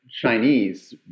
Chinese